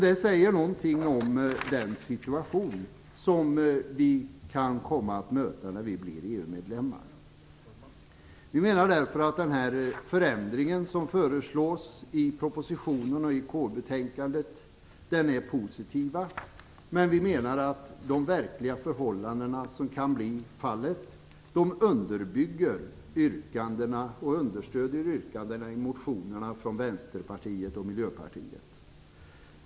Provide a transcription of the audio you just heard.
Detta säger något om den situation som vi kan komma att möta när Sverige blir EU-medlem. Vi menar därför att förändringen som föreslås i propositionen och i KU-betänkandet är positiv. Men vi menar att de verkliga förhållanden som kan bli fallet understödjer yrkandena i motionerna från Vänsterpartiet och Miljöpartiet.